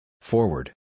Forward